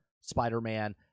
Spider-Man